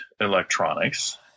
electronics